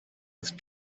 with